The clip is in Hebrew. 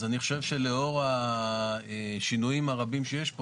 אז אני חושב שלאור השינויים הרבים שיש פה,